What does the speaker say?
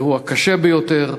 אירוע קשה ביותר,